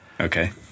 Okay